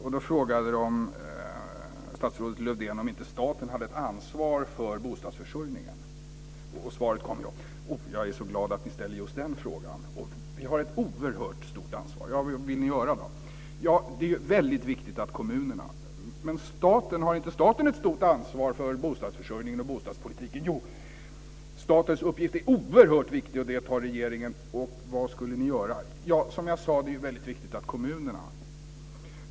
Statsrådet Lövdén fick då frågan om inte staten har ett ansvar för bostadsförsörjningen. Svaret kom då: Oh, jag är så glad att ni ställer just den frågan. Vi har ett oerhört stort ansvar. Vad vill ni göra då? Ja, det är ju väldigt viktigt att kommunerna. Men har inte staten ett stort ansvar för bostadsförsörjningen och bostadspolitiken? Jo, statens ansvar är oerhört viktigt, och det tar regeringen. Och vad skulle ni vilja göra? Ja, som jag sade, det är ju väldigt viktigt att kommunerna.